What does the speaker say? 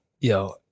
Yo